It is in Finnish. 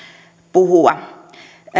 puhua